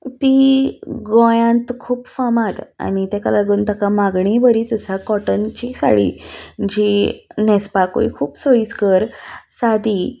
ती गोंयांत खूब फामाद आनी तेका लागून ताका मागणी बरीच आसा कॉटनची साडी जी न्हेसपाकूय खूब सोय कर सादी